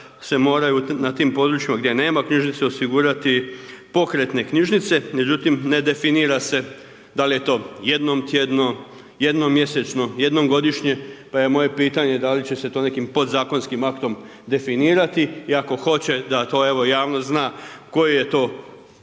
se moraju na tim područjima gdje nema knjižnice osigurati pokretne knjižnice, međutim ne definira se da li je to jednom tjedno, jednom mjesečno, jednom godišnje, pa je moje pitanje da li će se to nekim podzakonskim aktom definirati i ako hoće, da to evo javnost zna koji je to